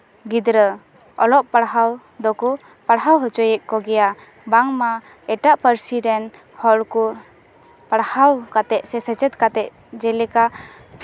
ᱜᱤᱫᱽᱨᱟᱹ ᱚᱞᱚᱜ ᱯᱟᱲᱦᱟᱣ ᱵᱟᱠᱚ ᱯᱟᱲᱦᱟᱣ ᱦᱚᱪᱚᱭᱮᱜ ᱠᱚᱜᱮᱭᱟ ᱵᱟᱝᱢᱟ ᱮᱴᱟᱜ ᱯᱟᱹᱨᱥᱤ ᱨᱮᱱ ᱦᱚᱲᱠᱚ ᱯᱟᱲᱦᱟᱣ ᱠᱟᱛᱮ ᱥᱮ ᱥᱮᱪᱮᱫ ᱠᱟᱛᱮ ᱡᱮᱞᱮᱠᱟ